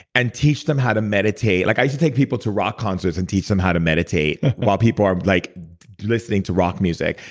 and teach them how to meditate. like i used to take people to rock concerts and teach them how to meditate while people are like listening to rock music,